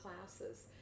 classes